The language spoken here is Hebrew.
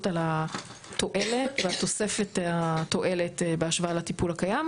על התועלת והתוספת התועלת בהשוואה לטיפול הקיים,